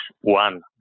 one